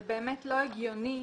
זה באמת לא הגיוני